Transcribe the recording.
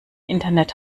internet